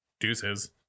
deuces